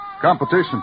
Competition